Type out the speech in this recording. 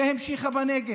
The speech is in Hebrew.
והמשיכה בנגב.